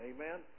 Amen